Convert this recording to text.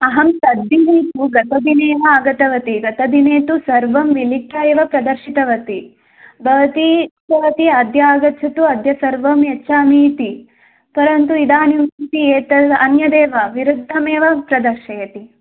अहं तद्दिने तु गतदिने एव आगतवती गतदिने तु सर्वं मिलित्वा एव प्रदर्शितवती भवती उक्तवती अद्य आगच्छतु अद्य सर्वं यच्छामि इति परन्तु इदानीमपि एतद् अन्यदेव विरुद्धमेव प्रदर्शयती